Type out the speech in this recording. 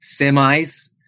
semis